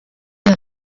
der